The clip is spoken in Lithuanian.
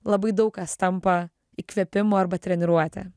labai daug kas tampa įkvėpimu arba treniruote